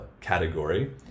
category